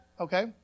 Okay